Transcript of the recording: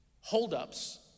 holdups